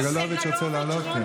סגלוביץ' רוצה לעלות?